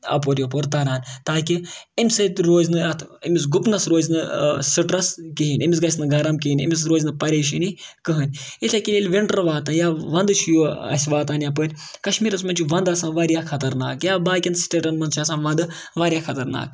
اَپور یَپور تَران تاکہِ امہِ سۭتۍ روزِ نہٕ اَتھ أمِس گُپنَس روزِ نہٕ سٹرٛس کِہیٖنۍ أمِس گژھِ نہٕ گَرم کِہیٖنۍ أمِس روزِ نہٕ پَریشٲنی کٕہٕنۍ یِتھَے کٔنۍ ییٚلہِ وِنٹَر واتہِ یا وَنٛدٕ چھُ اَسہِ واتان یَپٲرۍ کشمیٖرَس منٛز چھُ وَنٛدٕ آسان واریاہ خطرناک یا باقٕیَن سٹیٹَن منٛز چھِ آسان وَنٛدٕ واریاہ خطرناک